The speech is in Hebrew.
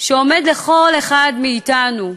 שעומד לכל אחד מאתנו,